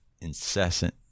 incessant